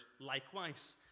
likewise